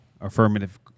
affirmative